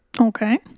Okay